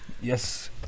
Yes